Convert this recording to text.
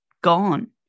gone